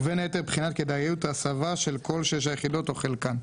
ובין היתר בחינת כדאיות ההסבה של כל שש היחידות או חלקן.